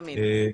תמיד.